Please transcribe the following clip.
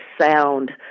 sound